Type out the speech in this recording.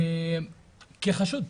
כחשוד.